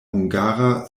hungara